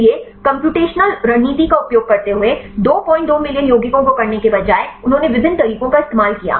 इसलिए कम्प्यूटेशनल रणनीति का उपयोग करते हुए 22 मिलियन यौगिकों को करने के बजाय उन्होंने विभिन्न तरीकों का इस्तेमाल किया